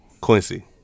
Quincy